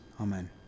Amen